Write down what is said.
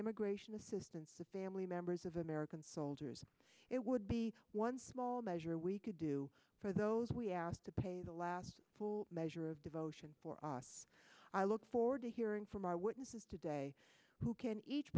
immigration assistance with family members of american soldiers it would be one small measure we could do for those we asked to pay the last full measure of devotion for us i look forward to hearing from our witnesses today who can each